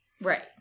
Right